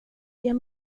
jag